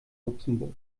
luxemburg